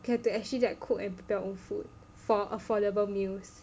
they have to actually like cook and prepare their own food for affordable meals